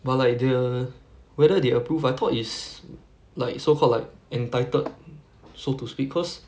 but like the whether they approve I thought is like so called like entitled so to speak cause